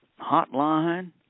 hotline